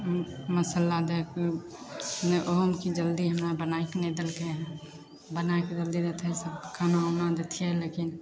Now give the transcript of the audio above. मसल्ला दैके नहि ओहोमे कि जल्दी हमरा बनैके नहि देलकै बनैके जल्दी देतै सभके खाना उना देतिए लेकिन